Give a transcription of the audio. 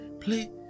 play